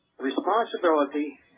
responsibility